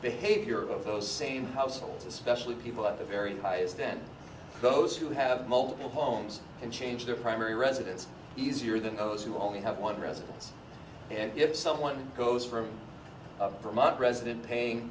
behavior of those same households especially people at the very highest then those who have multiple homes and change their primary residence easier than those who only have one residence and if someone goes for a month resident paying